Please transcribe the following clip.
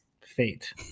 Fate